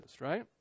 right